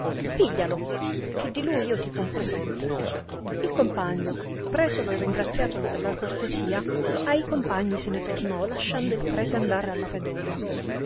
piglialo che di lui io ti fo un presente il compagno presolo e ringraziatolo della cortesia a i compagni se ne tornò lasciando il prete andar alla pedona